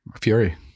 Fury